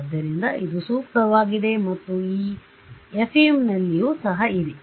ಆದ್ದರಿಂದ ಇದು ಸೂಕ್ತವಾಗಿದೆ ಮತ್ತು ಅದು FEMನಲ್ಲಿಯೂ ಸಹ ಇದೆ